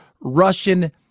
Russian